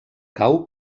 cau